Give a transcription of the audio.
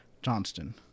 Johnston